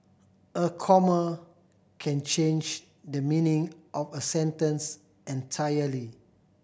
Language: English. a comma can change the meaning of a sentence entirely